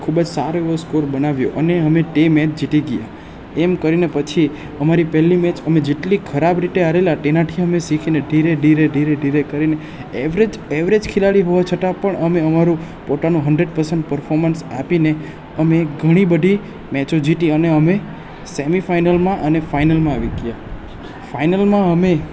ખૂબ જ સારો એવો સ્કોર બનાવ્યો અને અમે તે મેચ જીતી ગયા એમ કરીને પછી અમારી પહેલી મેચ અમે જેટલી ખરાબ રીતે હારેલા તેનાથી અમે શીખીને ધીરે ધીરે ધીરે કરીને એવરેજ એવરેજ ખેલાડીને હોવા છતાં પણ અમે અમારું પોતાનું હન્ડ્રેડ પરસેન્ટ પર્ફોર્મન્સ આપીને અમે ઘણી બધી મેચો જીતી અને સેમિફાઇનલમાં અને ફાઇનલમાં આવી ગયા ફાઇનલમાં અમે